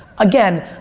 again,